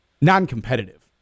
non-competitive